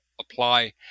apply